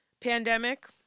pandemic